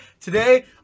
today